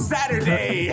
Saturday